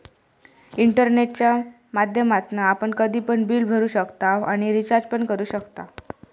इंटरनेटच्या माध्यमातना आपण कधी पण बिल भरू शकताव आणि रिचार्ज पण करू शकताव